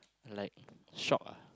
like shock